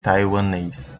taiwanês